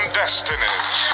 destinies